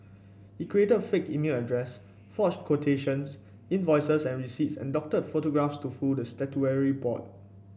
he created fake email addresses forged quotations invoices and receipts and doctored photographs to fool the statutory board